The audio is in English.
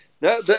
No